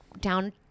down